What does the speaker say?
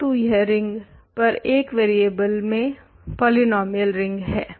परन्तु यह रिंग पर 1 वरियेबल में पोलिनोमियल रिंग है